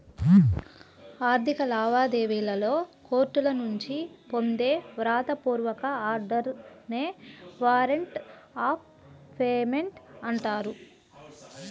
ఆర్థిక లావాదేవీలలో కోర్టుల నుంచి పొందే వ్రాత పూర్వక ఆర్డర్ నే వారెంట్ ఆఫ్ పేమెంట్ అంటారు